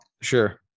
Sure